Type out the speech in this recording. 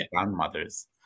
grandmothers